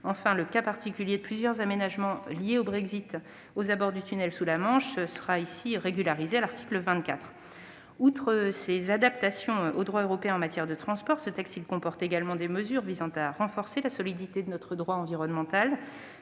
Enfin, le cas particulier de plusieurs aménagements liés au Brexit aux abords du tunnel sous la Manche sera régularisé à l'article 24. Outre les adaptations au droit européen en matière de transport, ce texte comporte également des mesures visant à renforcer la solidité de notre droit environnemental.